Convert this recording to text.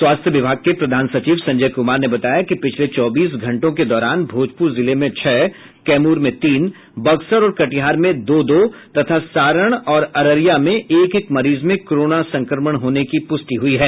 स्वास्थ्य विभाग के प्रधान सचिव संजय कुमार ने बताया कि पिछले चौबीस घंटों के दौरान भोजपुर जिले में छह कैमूर में तीन बक्सर और कटिहार में दो दो तथा सारण और अररिया में एक एक मरीज में कोरोना संक्रमण होने की पुष्टि हुई है